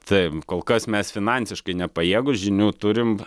taip kol kas mes finansiškai nepajėgūs žinių turim